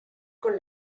con